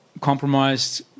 compromised